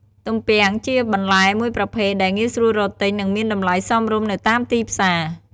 ទំពាំងជាបន្លែមួយប្រភេទដែលងាយស្រួលរកទិញ និងមានតម្លៃសមរម្យនៅតាមទីផ្សារ។